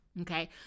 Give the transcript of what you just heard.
okay